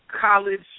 college